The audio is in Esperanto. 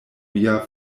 via